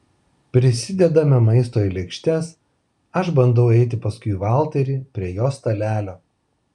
prisidedame maisto į lėkštes aš bandau eiti paskui valterį prie jo stalelio